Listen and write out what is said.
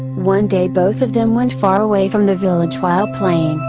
one day both of them went far away from the village while playing,